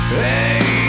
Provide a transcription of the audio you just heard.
hey